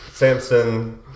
Samson